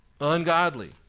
ungodly